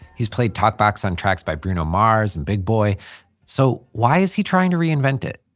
he's played talk box on tracks by bruno mars and big boi so, why is he trying to reinvent it?